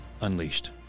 unleashed